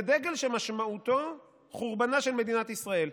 זה דגל שמשמעותו חורבנה של מדינת ישראל.